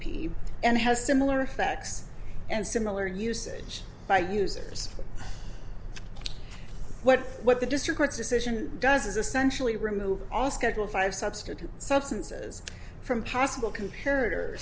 p and has similar effects and similar usage by users what what the disregards decision does is essentially remove all schedule five substitute substances from possible compared or